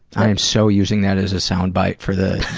i am so using that as a sound byte for the